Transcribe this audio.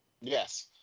Yes